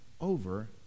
over